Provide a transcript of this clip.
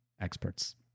experts